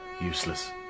useless